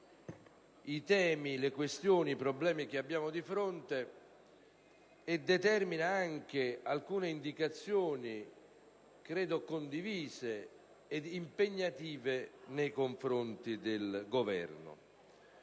i temi e le questioni, i problemi che abbiamo di fronte determinando anche alcune indicazioni - credo condivise - impegnative nei confronti del Governo.